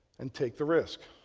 and take the risk.